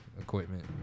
equipment